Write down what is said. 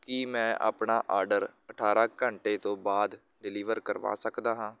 ਕੀ ਮੈਂ ਆਪਣਾ ਆਰਡਰ ਅਠਾਰਾਂ ਘੰਟੇ ਤੋਂ ਬਾਅਦ ਡਿਲੀਵਰ ਕਰਵਾ ਸਕਦਾ ਹਾਂ